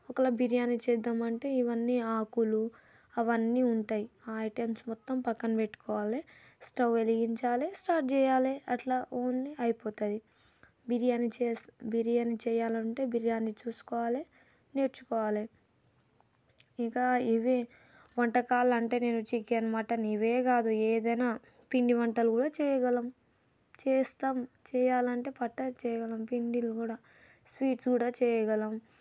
ఒకవేళ బిర్యానీ చేద్దాం అంటే ఇవన్నీ ఆకులు అవన్నీ ఉంటాయి ఆ ఐటమ్స్ మొత్తం పక్కన పెట్టుకోవాలి స్టవ్ వెలిగించాలి స్టార్ట్ చేయాలి అట్లా ఓన్ అయిపోతుంది బిర్యానీ చేసు బిర్యానీ చేయాలంటే బిర్యానీ చూసుకోవాలి నేర్చుకోవాలి ఇంకా ఇవే వంటకాలు అంటే నేను చికెన్ మటన్ ఇవే కాదు ఏదైనా పిండి వంటలు కూడా చేయగలం చేస్తాం చేయాలంటే పక్కా చేయగలం పిండిలు కూడా స్వీట్స్ కూడా చేయగలం